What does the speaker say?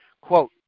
Quote